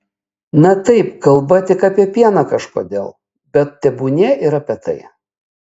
na taip kalba tik apie pieną kažkodėl bet tebūnie ir apie tai